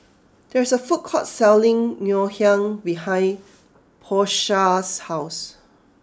there is a food court selling Ngoh Hiang behind Porsha's house